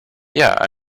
yeah